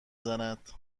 زند